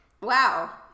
wow